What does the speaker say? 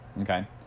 Okay